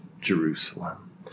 Jerusalem